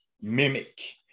mimic